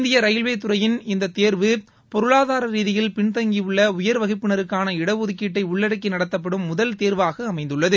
இந்திய ரயில்வே துறையின் இந்த தேர்வு பொருளாதார ரீதியில் பின் தங்கியுள்ள வகுப்பினருக்கான இட ஒதுக்கீட்டை உள்ளடக்கி நடத்தப்படும் முதல் தேர்வாக அமைந்துள்ளது